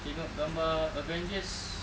tengok gambar avengers